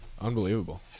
Unbelievable